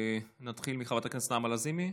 נתחיל מחברת הכנסת נעמה לזימי.